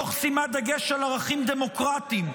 תוך שימת דגש על ערכים דמוקרטיים,